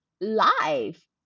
life